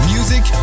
Music